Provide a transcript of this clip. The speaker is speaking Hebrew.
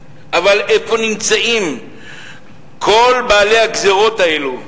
ואיפה נמצאים כל בעלי הגזירות האלו?